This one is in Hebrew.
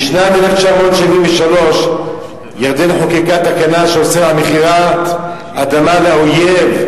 בשנת 1973 ירדן חוקקה תקנה שאוסרת מכירת אדמה ל"אויב".